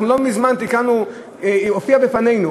לא מזמן הופיע בפנינו